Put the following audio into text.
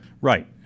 Right